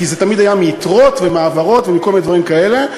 כי זה תמיד היה מיתרות ומהעברות ומכל מיני דברים כאלה,